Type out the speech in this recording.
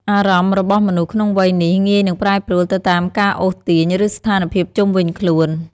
អារម្មណ៍របស់មនុស្សក្នុងវ័យនេះងាយនឹងប្រែប្រួលទៅតាមការអូសទាញ ឬស្ថានភាពជុំវិញខ្លួន។